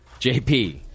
JP